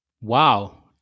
Wow